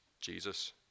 Jesus